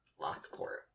Lockport